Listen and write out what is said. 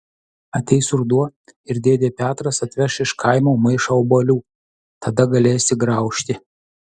ateis ruduo ir dėdė petras atveš iš kaimo maišą obuolių tada galėsi graužti